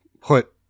put